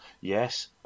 yes